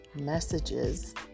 messages